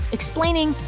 explaining,